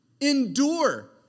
Endure